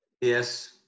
Yes